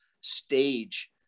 stage